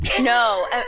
No